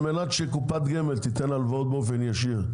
על מנת שקופת גמל תיתן הלוואות באופן ישיר,